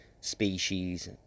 species